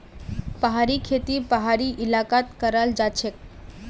पहाड़ी खेती पहाड़ी इलाकात कराल जाछेक